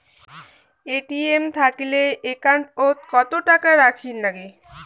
ATM থাকিলে account ওত কত টাকা রাখীর নাগে?